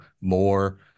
more